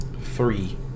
Three